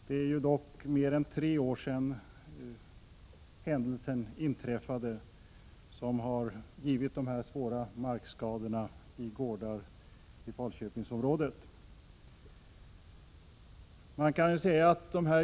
Det är mer än tre år sedan händelsen som orsakade dessa svåra markskador på gårdar i Falköpingsområdet inträffade.